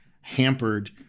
hampered